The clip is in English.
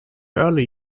early